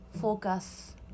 focus